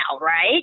right